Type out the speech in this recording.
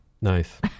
Nice